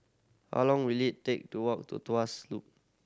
how long will it take to walk to Tuas Loop